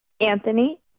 Anthony